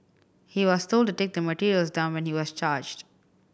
he was told to take the materials down when he was charged